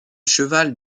cheval